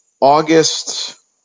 August